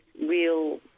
real